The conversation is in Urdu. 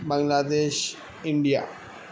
بنگلہ دیش انڈیا